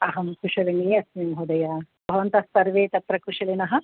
अहं कुशलिनी अस्मि महोदय भवन्तः सर्वे तत्र कुशलिनः